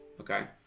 okay